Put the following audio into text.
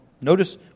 Notice